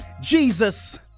Jesus